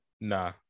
Nah